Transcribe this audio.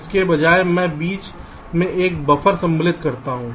इसके बजाय मैं बीच में एक बफर सम्मिलित करता हूं